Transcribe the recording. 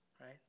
right